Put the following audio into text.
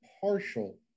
partial